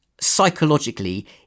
psychologically